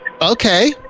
Okay